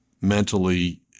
mentally